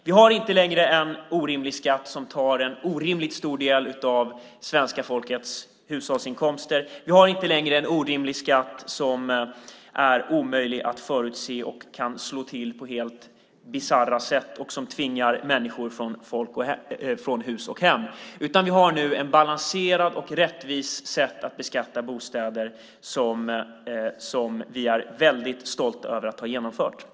Vi har inte längre en orimlig skatt som tar en orimligt stor del av svenska folkets hushållsinkomster. Vi har inte längre en orimlig skatt som är omöjlig att förutse, som kan slå till på helt bisarra sätt och tvinga människor från hus och hem. Vi har i stället ett balanserat och rättvist sätt att beskatta bostäder, och vi är väldigt stolta över att ha genomfört detta.